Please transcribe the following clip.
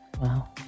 Wow